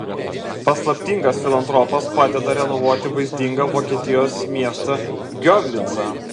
paslaptingas filantropas padeda renovuoti vaizdingą vokietijos miestą giorlicą